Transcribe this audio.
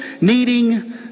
needing